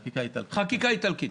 רק לפי החקיקה האיטלקית.